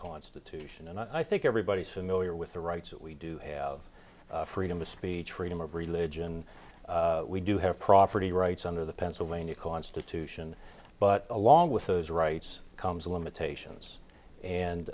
constitution and i think everybody samoa with the rights that we do have freedom of speech freedom of religion we do have property rights under the pennsylvania constitution but along with those rights comes limitations and